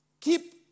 Keep